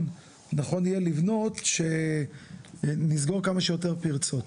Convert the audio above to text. נכון יהיה לבנות שנסגור כמה שיותר פרצות.